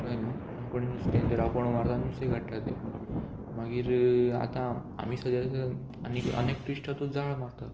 कळ्ळें न्हू रांपणी नुस्तें ते रांपण मारता नुस्तें काडटा तें मागीर आतां आमी सद्याक आनीक एक इश्ट आसा तो जाळ मारता